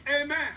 Amen